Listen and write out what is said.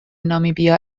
نامیبیا